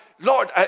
Lord